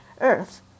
earth